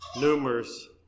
numerous